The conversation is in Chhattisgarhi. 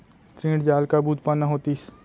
ऋण जाल कब उत्पन्न होतिस?